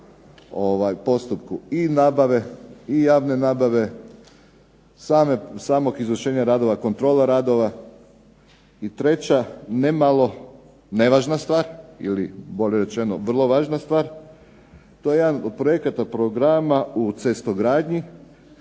postupku i nabave i javne nabave, samog izvršenja radova, kontrole radova. I treća, ne malo nevažna stvar ili bolje rečeno vrlo važna stvar to je jedan od projekata, programa u cestogradnji